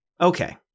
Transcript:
okay